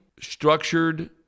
structured